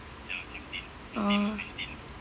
oh